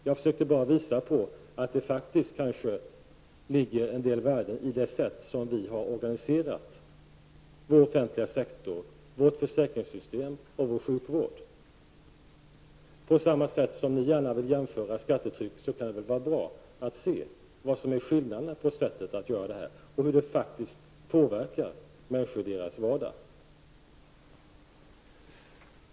Jag försökte bara visa på att det kanske ligger ett värde i det sätt på vilket vi har organiserat vår offentliga sektor, vårt försäkringssystem och vår sjukvård. På samma sätt som ni gärna vill jämföra skattetryck kan det vara bra att se vad som är skillnaderna i sätten att åstadkomma detta och hur det faktiskt påverkar människor i deras vardag.